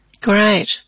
Great